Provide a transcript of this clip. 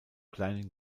kleinen